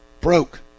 broke